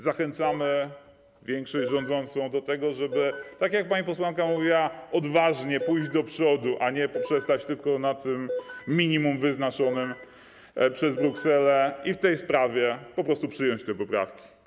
Zachęcamy większość rządzącą do tego, żeby, tak jak powiedziała pani posłanka, odważnie pójść do przodu, a nie poprzestać tylko na minimum wyznaczonym przez Brukselę, i w tej sprawie po prostu przyjąć te poprawki.